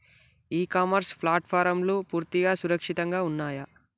ఇ commerce ప్లాట్ఫారమ్లు పూర్తిగా సురక్షితంగా ఉన్నయా?